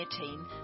team